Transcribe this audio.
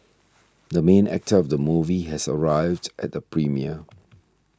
the main actor of the movie has arrived at the premiere